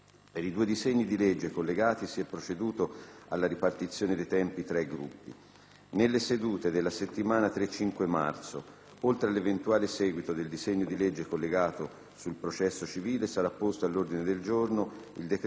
Nelle sedute della settimana 3-5 marzo, oltre all'eventuale seguito del disegno di legge collegato sul processo civile, sarà posto all'ordine del giorno il decreto-legge sulle quote latte. Anche per questo provvedimento i tempi sono stati ripartiti tra i Gruppi.